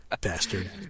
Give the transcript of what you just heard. Bastard